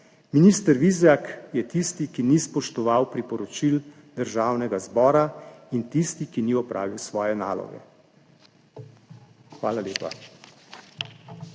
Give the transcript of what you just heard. minister Vizjak je tisti, ki ni spoštoval priporočil Državnega zbora, in tisti, ki ni opravil svoje naloge. Hvala lepa.